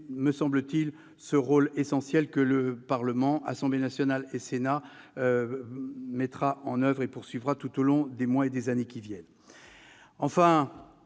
me semble-t-il, ce rôle essentiel que le Parlement, Assemblée nationale et Sénat, saura jouer et continuer de jouer tout au long des mois et des années qui viennent.